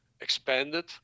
expanded